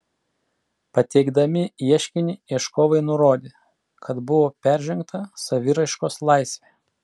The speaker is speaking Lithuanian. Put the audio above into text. pateikdami ieškinį ieškovai nurodė kad buvo peržengta saviraiškos laisvė